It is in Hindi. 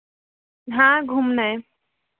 हाँ घूमना है